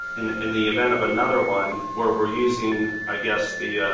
in in the event of another one where we're using, i guess the